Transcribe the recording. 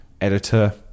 editor